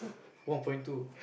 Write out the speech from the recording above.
one point two